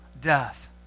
death